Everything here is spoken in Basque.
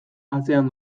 atzean